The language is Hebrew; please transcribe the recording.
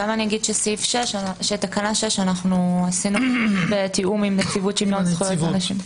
את תקנה 6 עשינו בתיאום עם נציבות שוויון זכויות לאנשים עם מוגבלות,